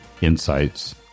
insights